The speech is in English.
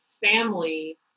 family